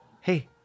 Hey